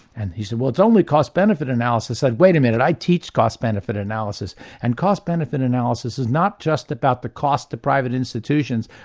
and he said well it's only cost benefit analysis. i said wait a minute, i teach cost benefit analysis and cost benefit analysis is not just about the cost to private institutions,